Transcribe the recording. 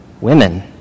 Women